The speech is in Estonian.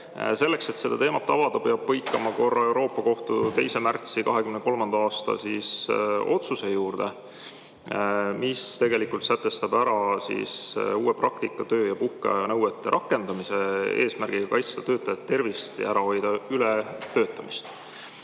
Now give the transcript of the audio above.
Selleks, et seda teemat avada, peab põikama korra Euroopa Kohtu 2023. aasta 2. märtsi otsuse juurde, mis tegelikult sätestab uue praktika töö- ja puhkeaja nõuete rakendamisel eesmärgiga kaitsta töötajate tervist ja ära hoida ületöötamist. Ja